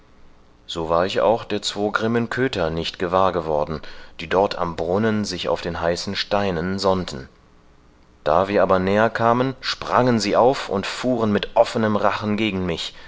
so war ich auch der zwo grimmen köter nicht gewahr worden die dort am brunnen sich auf den heißen steinen sonnten da wir aber näher kamen sprangen sie auf und fuhren mit offenem rachen gegen mich